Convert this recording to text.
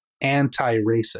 anti-racist